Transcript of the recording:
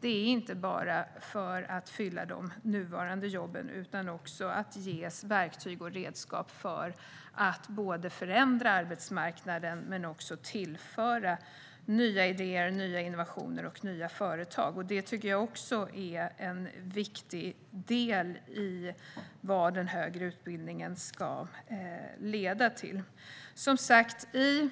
Den är inte bara till för att fylla de nuvarande jobben, utan också för att ge verktyg och redskap för att förändra arbetsmarknaden och tillföra nya idéer, nya innovationer och nya företag. Det tycker jag är en viktig del av vad den högre utbildningen ska leda till. I